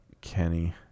Kenny